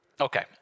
Okay